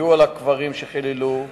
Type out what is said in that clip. הצביעו על הקברים שחיללו,